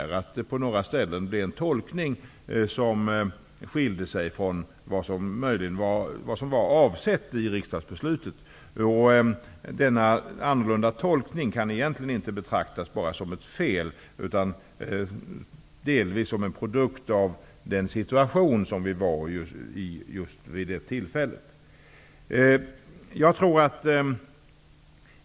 På några ställen gjordes en tolkning som skiljde sig från vad som var avsett i riksdagsbeslutet. Denna annorlunda tolkning kan egentligen inte bara betraktas som ett fel utan delvis som en produkt av den situation som vi befann oss i vid just det tillfället.